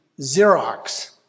Xerox